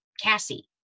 Cassie